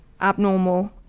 abnormal